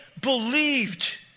believed